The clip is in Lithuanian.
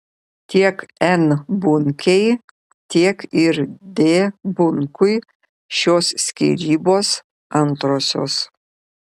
tiek n bunkei tiek ir d bunkui šios skyrybos antrosios